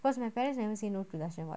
casue my parents never say no to dasson [what]